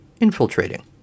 Infiltrating